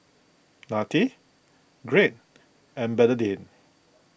Nanette Greg and Bernardine